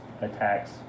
attacks